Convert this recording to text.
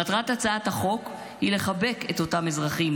מטרת הצעת החוק היא לחבק את אותם אזרחים